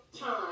time